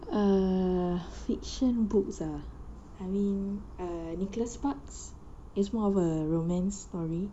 err fiction books ah I mean err nicholas sparks is more of a romance story